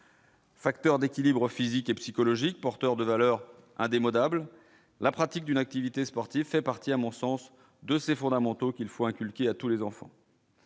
Facteur d'équilibre physique et psychologique, porteur de valeurs indémodable, la pratique d'une activité sportive fait partie à mon sens de ces fondamentaux qu'il faut inculquer à tous les enfants.